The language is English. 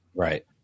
Right